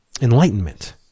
enlightenment